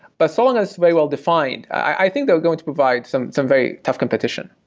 but so long as very well-defined, i think they're going to provide some some very tough competition.